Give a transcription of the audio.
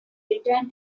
return